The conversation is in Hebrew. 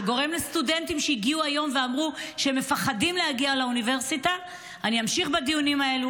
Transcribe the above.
שגורם לסטודנטים שהגיעו היום לומר שהם מפחדים להגיע לאוניברסיטה,